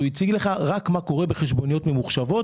הוא הציג לך רק מה קורה בחשבוניות ממוחשבות.